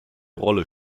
rolle